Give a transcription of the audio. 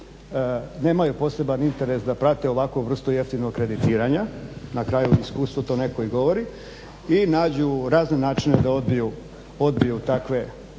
nemaju poseban interes da prate ovakvu vrstu jeftinog kreditiranja, na kraju iskustvo to neko i govori i nađu razne načine da odbiju takve